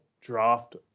draft